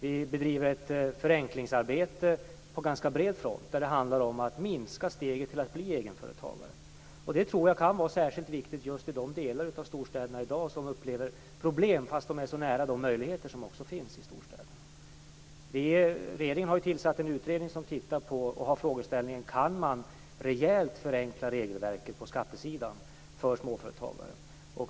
Vi bedriver också ett förenklingsarbete på ganska bred front som handlar om att minska steget till att bli egenföretagare. Det tror jag kan vara särskilt viktigt i de delar av storstaden där man i dag upplever problem, fast de är så nära de möjligheter som också finns i storstäderna. Regeringen har tillsatt en utredning som ställer frågan om man rejält kan förenkla regelverket på skattesidan för småföretagare.